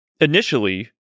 initially